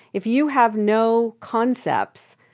if you have no concepts,